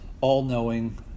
all-knowing